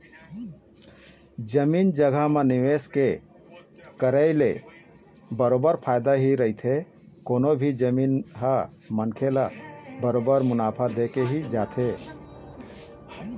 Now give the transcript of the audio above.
जमीन जघा म निवेश के करई ले बरोबर फायदा ही रहिथे कोनो भी जमीन ह मनखे ल बरोबर मुनाफा देके ही जाथे